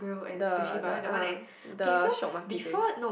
the the ah the Shiok-Maki place